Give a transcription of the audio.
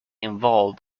involved